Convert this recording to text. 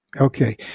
Okay